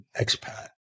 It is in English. expat